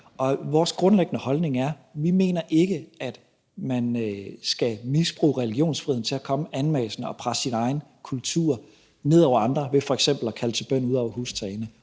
Vores grundlæggende holdning er, at vi ikke mener, at man skal misbruge religionsfriheden til at komme anmassende og presse sin egen kultur ned over andre ved f.eks. at kalde til bøn ud over hustagene.